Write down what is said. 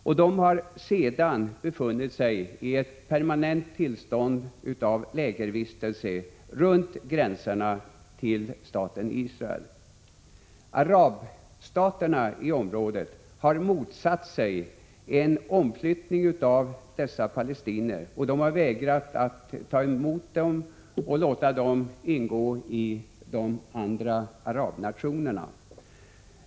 Sedan dess har de befunnit sig i ett permanent tillstånd av lägervistelse runt gränserna till staten Israel. Arabstaterna i området har motsatt sig en omflyttning av dessa palestinier. Man har vägrat att ta emot dem och låta dem ingå i arabnationerna.